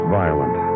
violent